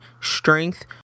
strength